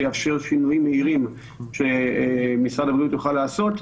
שיאפשר שינויים מהירים שמשרד הבריאות יוכל לעשות.